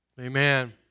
Amen